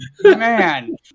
man